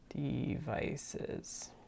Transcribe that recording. devices